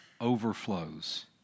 overflows